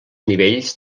nivells